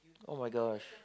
[oh]-my-gosh